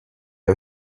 are